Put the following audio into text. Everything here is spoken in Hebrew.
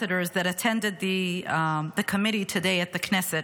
that attended the committee today at the Knesset,